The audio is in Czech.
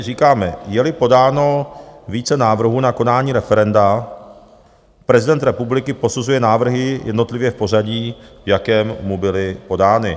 Říkáme: Jeli podáno více návrhů na konání referenda, prezident republiky posuzuje návrhy jednotlivě v pořadí, v jakém mu byly podány.